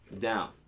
down